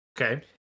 Okay